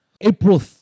April